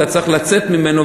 אתה צריך לצאת ממנו,